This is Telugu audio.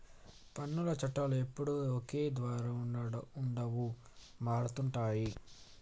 పన్నుల చట్టాలు ఎప్పుడూ ఒకే విధంగా ఉండవు మారుతుంటాయి